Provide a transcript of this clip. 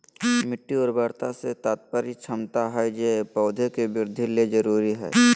मिट्टी उर्वरता से तात्पर्य क्षमता हइ जे पौधे के वृद्धि ले जरुरी हइ